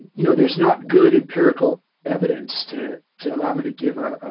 know there's not good empirical evidenced to, to allow me to give a,